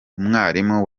umwarimu